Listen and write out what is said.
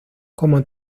como